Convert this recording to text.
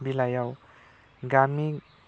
बिलायाव गामि